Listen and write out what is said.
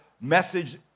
message